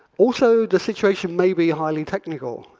also the situation may be highly technical.